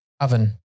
oven